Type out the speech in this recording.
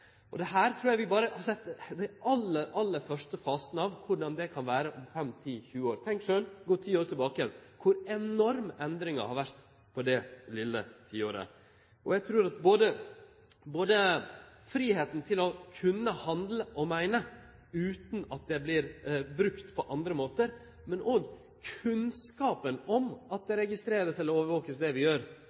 trur vi berre har sett den aller, aller første fasen av korleis det kan vere om 5–10–20 år. Tenk sjølv, gå ti år tilbake og sjå kor enorm endringa har vore på det vesle tiåret. Fridomen til både å kunne handle og å meine utan at det vert brukt på andre måtar, og om kunnskapen om at det vi gjer, vert registert eller overvaka, gjev oss avgrensingar som ikkje er heldige – det er viktige debatter vi